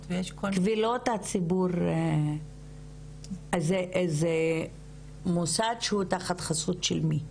קבילות הציבור זה מוסד שהוא תחת חסות של מי?